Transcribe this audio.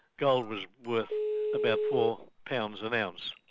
gold was worth about four pounds an ounce,